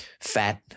fat